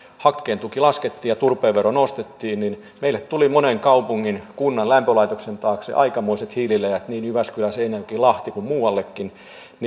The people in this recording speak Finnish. hakkeen tuki laskettiin ja turpeen vero nostettiin ja meille tuli monen kaupungin ja kunnan lämpölaitoksen taakse aikamoiset hiililäjät niin jyväskylään seinäjoelle lahteen kuin muuallekin